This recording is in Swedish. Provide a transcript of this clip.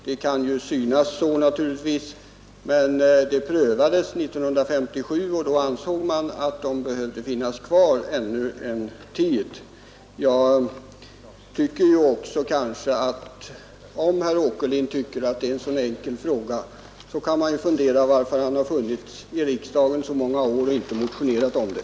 Det kan naturligtvis synas vara så, men vid en prövning år 1957 ansåg man att dessa bestämmelser om ålderdomshem borde kvarstå i lagen ännu en tid. Om herr Åkerlind anser denna fråga vara så enkel, kan man ju undra varför han har suttit i riksdagen under så många år utan att ha motionerat i ärendet.